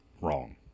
wrong